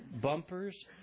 Bumpers